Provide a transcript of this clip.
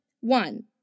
one